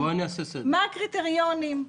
מה הקריטריונים.